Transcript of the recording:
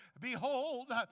Behold